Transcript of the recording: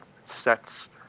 sets